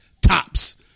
Tops